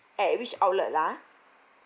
at which outlet lah